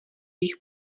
jich